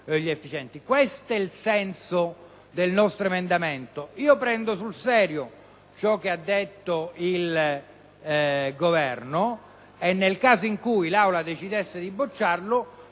Questo è il senso del nostro emendamento. Prendo sul serio ciò che ha detto il Sottosegretario e, nel caso in cui l'Assemblea decidesse di bocciare